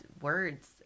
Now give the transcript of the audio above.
words